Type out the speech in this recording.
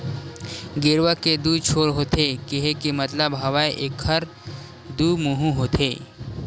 गेरवा के दू छोर होथे केहे के मतलब हवय एखर दू मुहूँ होथे